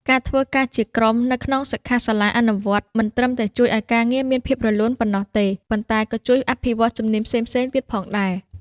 ការធ្វើការជាក្រុមនៅក្នុងសិក្ខាសាលាអនុវត្តន៍មិនត្រឹមតែជួយឲ្យការងារមានភាពរលូនប៉ុណ្ណោះទេ ប៉ុន្តែក៏ជួយអភិវឌ្ឍជំនាញផ្សេងៗទៀតផងដែរ។